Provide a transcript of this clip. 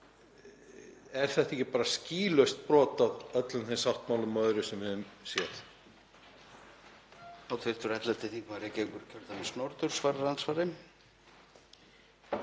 er þetta ekki bara skýlaust brot á öllum þeim sáttmálum og öðru sem við höfum séð?